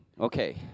Okay